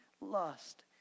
lust